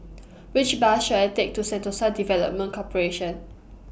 Which Bus should I Take to Sentosa Development Corporation